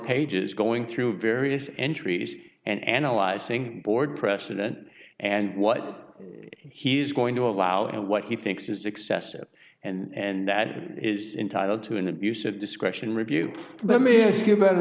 pages going through various entries and analyzing board precedent and what he's going to allow and what he thinks is excessive and that is entitle to an abuse of discretion review let me ask you about